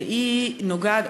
והיא נוגעת,